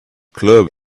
club